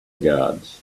guards